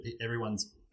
everyone's